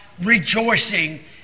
rejoicing